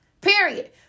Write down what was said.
Period